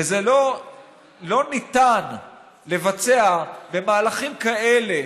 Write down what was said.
לא ניתן לבצע במהלכים כאלה,